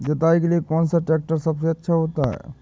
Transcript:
जुताई के लिए कौन सा ट्रैक्टर सबसे अच्छा होता है?